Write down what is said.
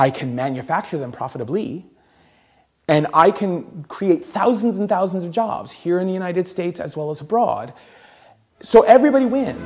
i can manufacture them profitably and i can create thousands and thousands of jobs here in the united states as well as abroad so everybody w